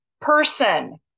person